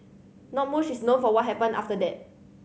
not mush is known for what happened after that